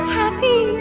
happy